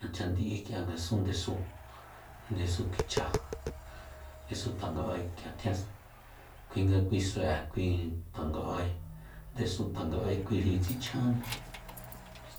Nachandi'i k'ia ngasun ndesu ndesu kicha ndesu tanga'ae kuinga kui sue'e kui tanga'ae ndesu tanga'ae kui xi tsichjanni